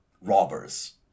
robbers